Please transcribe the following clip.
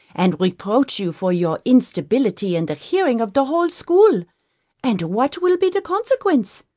and reproach you for your instability in the hearing of the whole school and what will be the consequence?